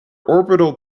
orbital